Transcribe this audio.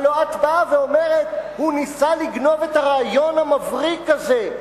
הלוא את באה ואומרת: הוא ניסה לגנוב את הרעיון המבריק הזה,